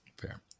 Fair